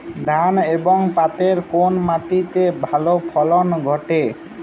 ধান এবং পাটের কোন মাটি তে ভালো ফলন ঘটে?